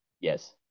Yes